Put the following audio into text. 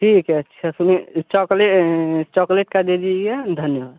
ठीक है अच्छा सुनिए चॉकले चॉकलेट का दे दीजिए धन्यवाद